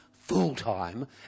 full-time